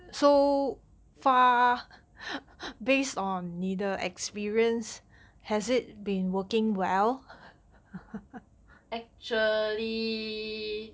actually